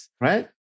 Right